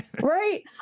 Right